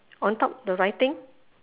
on top the writing